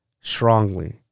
strongly